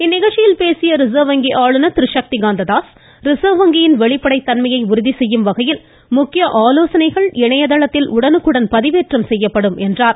இந்நிகழ்ச்சியில் பேசிய ரிசர்வ் வங்கி ஆளுநர் திருசக்தி காந்ததாஸ் ரிசர்வ் வங்கியின் வெளிப்படைத் தன்மையை உறுதி செய்யும் வகையில் முக்கிய இணையதளத்தில் உடனுக்குடன் பதிவேற்றம் செய்யப்படும் என்றார்